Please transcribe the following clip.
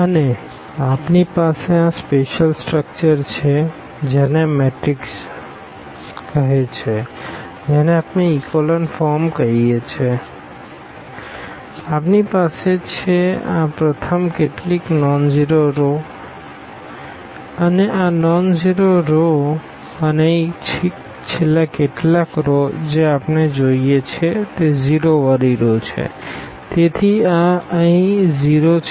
અને આપણી પાસે આ સ્પેશીયલ સ્ટરકચર છે કે જેને મેટ્રિક્સ છે જેને આપણે ઇકોલન ફોર્મ કહીએ છીએ આપણી પાસે છે કે આ પ્રથમ કેટલીક રો નોનઝીરો રો છે આ નોનઝેરો રો અને અહીં છેલ્લા કેટલાક રો જે આપણે જોઈએ છીએ તે 0 વારી રો છે તેથી આ અહીં 0s છે